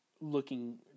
Looking